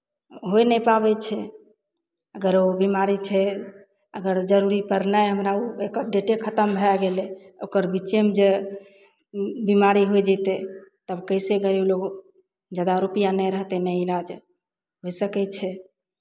होइ नहि पाबै छै अगर ओ बिमारी छै अगर जरूरी पड़लै हमरा ओ एकर डेटे खतम भए गेलै ओकर बीचेमे जे बिमारी होय जेतै तब कइसे गरीब लोक जादा रुपैआ नहि रहतै नहि इलाज होइ सकै छै